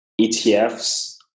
ETFs